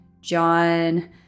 John